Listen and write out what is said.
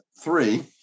three